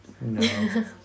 no